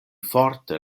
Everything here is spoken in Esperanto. forte